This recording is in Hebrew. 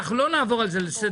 אנחנו לא נעבור על זה לסדר-היום.